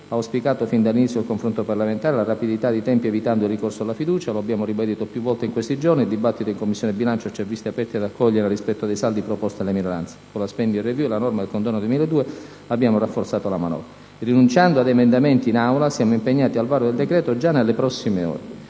ha auspicato fin dall'inizio del confronto parlamentare la rapidità dei tempi evitando il ricorso alla fiducia. Lo abbiamo ribadito più volte in questi giorni. Il dibattito in Commissione bilancio ci ha visto aperti ad accogliere, nel rispetto dei saldi, proposte delle minoranze. Con la *spending review* e la norma del condono 2002 abbiamo rafforzato la manovra. Rinunciando ad emendamenti in Aula, siamo impegnati al varo del decreto già nelle prossime ore.